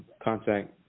contact